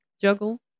juggle